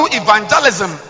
evangelism